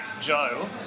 Joe